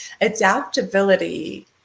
Adaptability